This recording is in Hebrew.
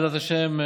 בעזרת השם,